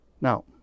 Now